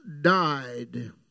died